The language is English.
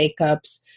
makeups